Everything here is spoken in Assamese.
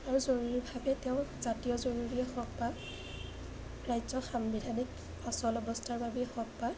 আৰু জৰুৰীভাৱে তেওঁ জাতীয় জৰুৰীয়ে হওক বা ৰাজ্যৰ সাংবিধানিক অচল অৱস্থাৰ বাবেই হওক বা